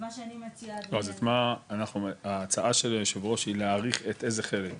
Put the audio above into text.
אז ההצעה של יושב הראש היא להאריך את איזה חלק?